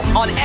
on